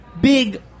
big